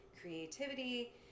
creativity